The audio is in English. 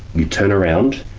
you turn around,